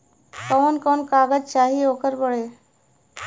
कवन कवन कागज चाही ओकर बदे?